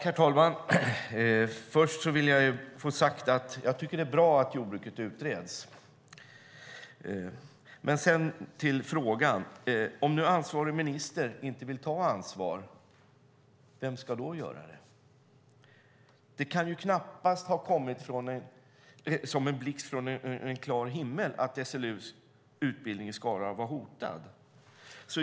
Herr talman! Först vill jag få sagt att jag tycker att det är bra att jordbruksnäringen utreds. Sedan till frågan: Om nu ansvarig minister inte vill ta ansvar, vem ska då göra det? Det kan knappast ha kommit som en blixt från en klar himmel att SLU:s utbildning i Skara var hotad.